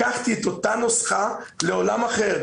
לקחתי את אותה נוסחה לעולם אחר,